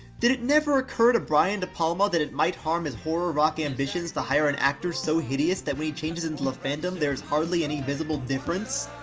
did it never occur to brian de palma that it might harm his horror-rock ambitions to hire an actor so hideous that when he changes into the phantom there is hardly any visible difference?